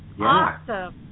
awesome